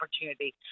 opportunity